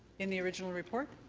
in the original report?